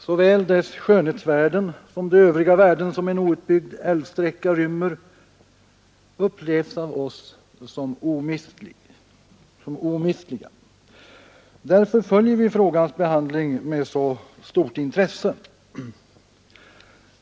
Såväl dess skönhetsvärden som de övriga värden som en outbyggd älvsträcka rymmer upplevs av oss som omistliga. Därför följer vi frågans behandling med så stort intresse.